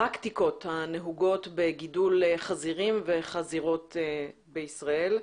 בפרקטיקות הנהוגות בגידול חזירים וחזירות בישראל.